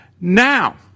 Now